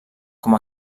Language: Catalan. com